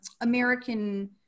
American